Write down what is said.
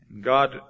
God